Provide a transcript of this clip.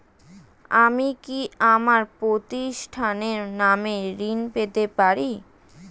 আমি কি আমার প্রতিষ্ঠানের নামে ঋণ পেতে পারি?